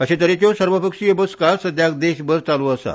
अशे तरेच्यो सर्वपक्षीय बसका सद्याक देशभर चालू आसा